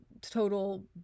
total